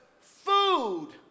food